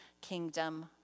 kingdom